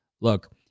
Look